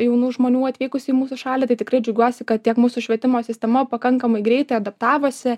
jaunų žmonių atvykusių į mūsų šalį tai tikrai džiaugiuosi kad tiek mūsų švietimo sistema pakankamai greitai adaptavosi